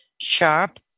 sharp